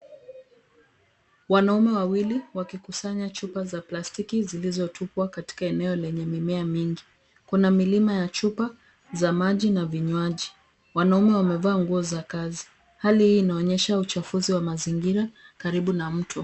Wanaume wawili wakikusanya chupa za plastiki zilizotupwa katika eneo lenye mimea mingi. Kuna milima ya chupa za maji na vinywaji .Wanaume wamevaa nguo za kazi. Hali hii inaonyesha uchafuzi wa mazingira karibu na mto.